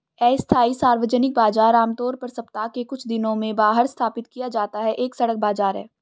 अस्थायी सार्वजनिक बाजार, आमतौर पर सप्ताह के कुछ दिनों में बाहर स्थापित किया जाता है, एक सड़क बाजार है